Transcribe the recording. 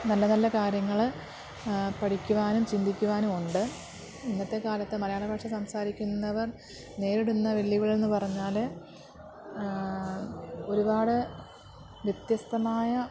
നല്ല നല്ല കാര്യങ്ങൾ പഠിക്കുവാനും ചിന്തിക്കുവാനും ഉണ്ട് ഇന്നത്തെ കാലത്ത് മലയാളഭാഷ സംസാരിക്കുന്നവർ നേരിടുന്ന വെല്ലുവിളികളെന്നു പറഞ്ഞാൽ ഒരുപാട് വ്യത്യസ്തമായ